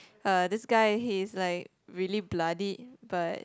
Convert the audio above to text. uh this guy he is like really bloodied but